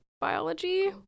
biology